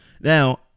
Now